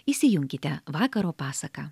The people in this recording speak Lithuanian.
įsijunkite vakaro pasaką